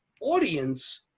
audience